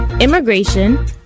immigration